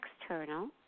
external